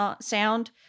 sound